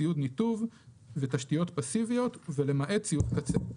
ציוד ניתוב ותשתיות פאסיביות ולמעט ציוד קצה"."